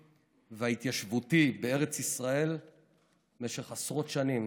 וההתיישבותי בארץ ישראל במשך עשרות שנים,